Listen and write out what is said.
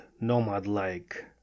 nomad-like